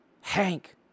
Hank